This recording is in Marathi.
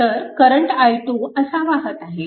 तर करंट i2 असा वाहत आहे